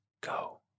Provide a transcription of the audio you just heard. go